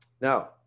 Now